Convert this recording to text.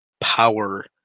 power